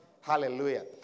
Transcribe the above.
Hallelujah